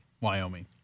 Wyoming